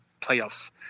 playoffs